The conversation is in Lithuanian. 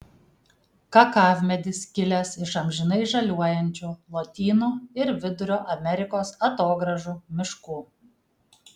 kakavmedis kilęs iš amžinai žaliuojančių lotynų ir vidurio amerikos atogrąžų miškų